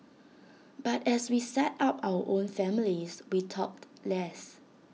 but as we set up our own families we talked less